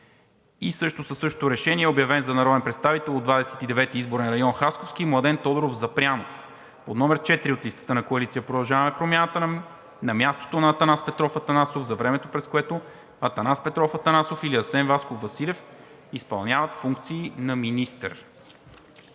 министър. Със същото Решение е обявен за народен представител от Двадесет и девети изборен район – Хасковски, Младен Тодоров Запрянов, под № 4 от листата на Коалиция „Продължаваме Промяната“, на мястото на Атанас Петров Атанасов за времето, през което Атанас Петров Атанасов или Асен Васков Василев изпълняват функции на министър.“